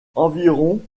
environ